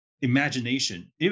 Imagination